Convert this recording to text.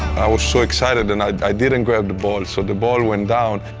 i was so excited and i didn't grab the ball, so the ball went down,